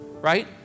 right